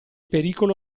pericolo